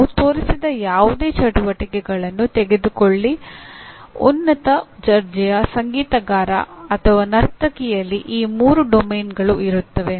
ನಾವು ತೋರಿಸಿದ ಯಾವುದೇ ಚಟುವಟಿಕೆಗಳನ್ನು ತೆಗೆದುಕೊಳ್ಳಿ ಉನ್ನತ ದರ್ಜೆಯ ಸಂಗೀತಗಾರ ಅಥವಾ ನರ್ತಕಿಯಲ್ಲಿ ಈ ಮೂರು ಕಾರ್ಯಕ್ಷೇತ್ರಗಳು ಇರುತ್ತವೆ